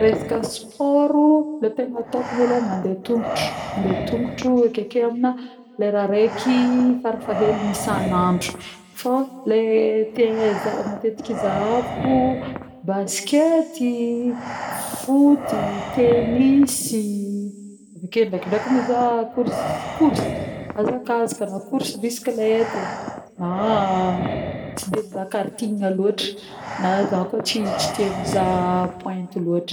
Resaka sport le tegna atôko malôha mandeha tongotro mandeha tongotro akeke amina lera reky farafahaheliny isanandro fô le tegna za matetiky izahaviko: baskety, foot, tennis avy ake ndrekindreky mizaha course course azakazaka na course bisikleta na-na tsy de mizaha karting loatra na zah koà tsy tsy mizaha pointe loatra.